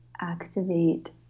activate